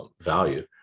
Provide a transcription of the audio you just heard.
value